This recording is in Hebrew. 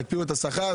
תקפיאו את השכר.